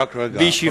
רק רגע,